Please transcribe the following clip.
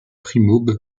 primaube